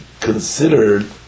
considered